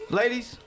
ladies